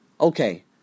Okay